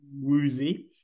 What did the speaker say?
woozy